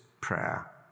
prayer